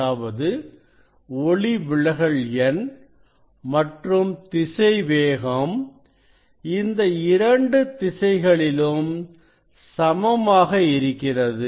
அதாவது ஒளிவிலகல் எண் மற்றும் திசைவேகம் இந்த இரண்டு திசைகளிலும் சமமாக இருக்கிறது